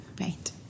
right